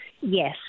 yes